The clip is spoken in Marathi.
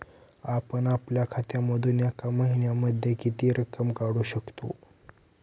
आपण आपल्या खात्यामधून एका महिन्यामधे किती रक्कम काढू शकतो?